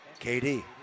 KD